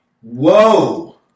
Whoa